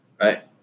Right